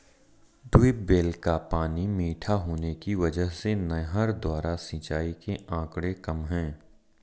tubewell का पानी मीठा होने की वजह से नहर द्वारा सिंचाई के आंकड़े कम है